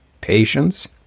patience